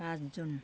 पाँच जुन